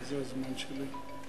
מה זה הזמן שלי?